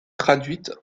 traduite